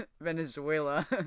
Venezuela